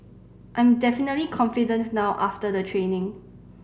I'm definitely confident now after the training